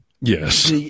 Yes